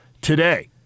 today